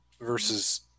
versus